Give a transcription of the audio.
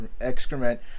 excrement